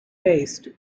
based